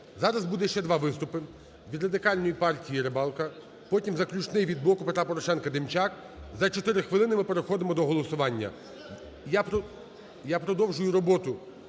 зараз буде ще два виступи: від Радикальної партії – Рибалка, потім заключний від "Блоку Петра Порошенка"Демчак. За чотири хвилини ми переходимо до голосування. Я продовжую роботу